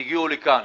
והגיעו לכאן.